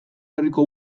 herriko